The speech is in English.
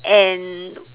and